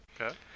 Okay